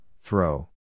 throw